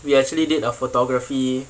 we actually did a photography